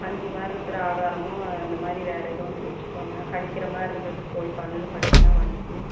கஞ்சி மாதிரிருக்குற ஆகாரமும் அந்தமாதிரி வேற எதோன்னு குடிச்சிக்கங்க கடிக்கிற மாதிரி இருந்துது போய் பல்லில் பட்டுச்சுன்னா வலிக்கும்